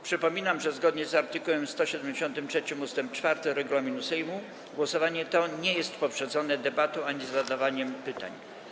Przypominam, że zgodnie z art. 173 ust. 4 regulaminu Sejmu głosowanie to nie jest poprzedzone debatą ani zadawaniem pytań.